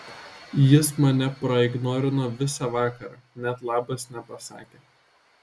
jis mane praignorino visą vakarą net labas nepasakė